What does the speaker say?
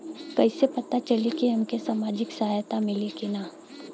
कइसे से पता चली की हमके सामाजिक सहायता मिली की ना?